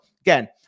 again